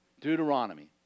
Deuteronomy